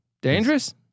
Dangerous